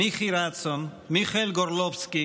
מיכי רצון, מיכאל גורלובסקי,